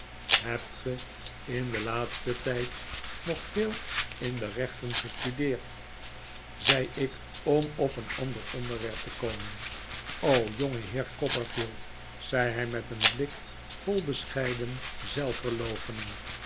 hebt ge in den laatsten tijd nog veel in de rechten gestudeerd zei ik om op een ander onderwerp te komen jongeheer copperfield zei hij met een blik vol bescheiden zelfyerloochening